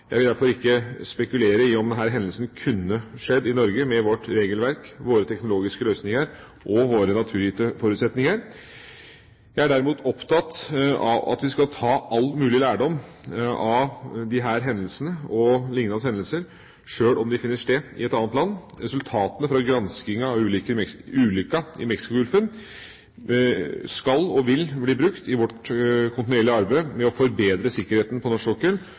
Jeg vil derfor ikke spekulere i om denne hendelsen kunne skjedd i Norge med vårt regelverk, våre teknologiske løsninger og våre naturgitte forutsetninger. Jeg er derimot opptatt av at vi skal ta all mulig lærdom av disse og lignende hendelser, sjøl om de finner sted i et annet land. Resultatene fra granskingen av ulykken i Mexicogolfen skal og vil bli brukt i vårt kontinuerlige arbeid med å forbedre sikkerheten på norsk sokkel